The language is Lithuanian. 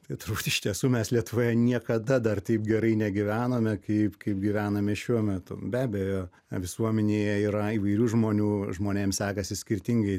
netrukus iš tiesų mes lietuvoje niekada dar taip gerai negyvenome kaip kaip gyvename šiuo metu be abejo visuomenėje yra įvairių žmonių žmonėms sekasi skirtingai